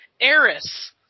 Eris